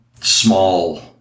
small